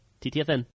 ttfn